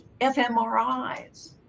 fMRIs